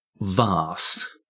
Vast